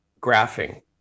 graphing